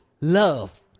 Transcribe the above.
love